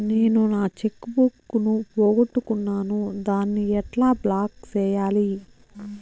నేను నా cheque book ను పోగొట్టుకున్నాను దాన్ని ఎట్లా బ్లాక్ సేయాలి?